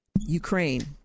Ukraine